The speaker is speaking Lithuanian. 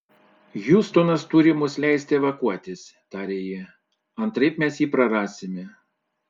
hjustonas turi mums leisti evakuotis tarė ji antraip mes jį prarasime